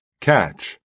Catch